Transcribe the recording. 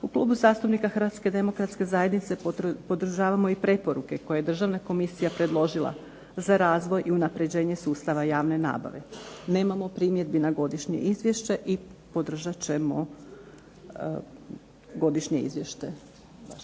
U Klubu zastupnika HDZ-a podržavamo i preporuke koje je državna komisija predložila za razvoj i unapređenje sustava javne nabave. Nemamo primjedbe na godišnje izvješće i podržat ćemo godišnje izvješće.